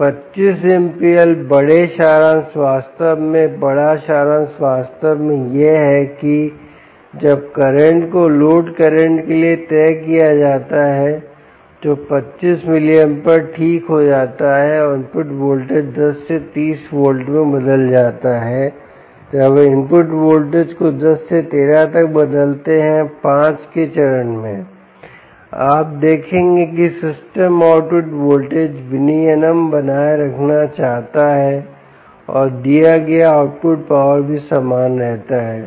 तो 25 मिलीएम्पीयर बड़े सारांश वास्तव में बड़ा सारांश वास्तव में यह है कि जब करंट को लोड करंट के लिए तय किया जाता है तो 25 मिलीएम्पीयर पर ठीक हो जाता है और इनपुट वोल्टेज 10 से 30 वोल्ट में बदल जाता है जब हम इनपुट वोल्टेज को 10 से 13 तक बदलते हैं 5 के चरण में आप देखेंगे कि सिस्टम आउटपुट वोल्टेज विनियमन बनाए रखना चाहता है और दिया गया आउटपुट पावर भी समान रहता है